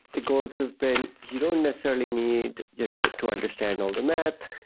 the goals have been you don't necessarily need you know to understand all the math.